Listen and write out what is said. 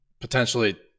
potentially